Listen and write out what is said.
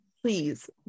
please